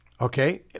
Okay